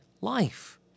life